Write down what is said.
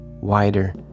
wider